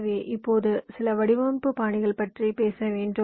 எனவே இப்போது சில வடிவமைப்பு பாணிகளைப் பற்றி பேச வேண்டும்